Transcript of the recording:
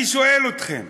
אני שואל אתכם,